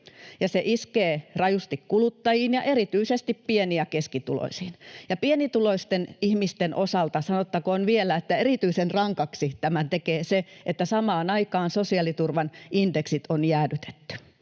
se iskee rajusti kuluttajiin ja erityisesti pieni- ja keskituloisiin. Pienituloisten ihmisten osalta sanottakoon vielä, että erityisen rankaksi tämän tekee se, että samaan aikaan sosiaaliturvan indeksit on jäädytetty.